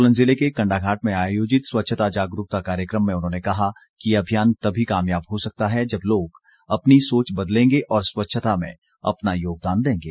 सोलन जिले के कण्डाघाट में आयोजित स्वच्छता जागरूकता कार्यक्रम में उन्होंने कहा कि ये अभियान तभी कामयाब हो सकता है जब लोग अपनी सोच बदलेंगे और स्वच्छता में अपना योगदान देंगे